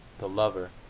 the lover.